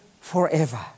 forever